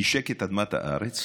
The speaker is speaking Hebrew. נישק את אדמת הארץ,